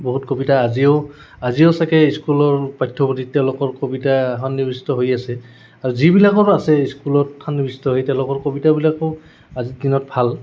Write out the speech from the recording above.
বহুত কবিতা আজিও আজিও চাকে স্কুলৰ পাঠ্যপুথিত তেওঁলোকৰ কবিতা সন্নিৱিষ্ট হৈ আছে আৰু যিবিলাকৰ আছে স্কুলত সন্নিৱিষ্ট হৈ তেওঁলোকৰ কবিতাবিলাকেও আজিৰ দিনত ভাল